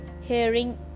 hearing